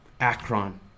Akron